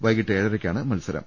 വൈകീട്ട് ഏഴര ക്കാണ് മത്സരം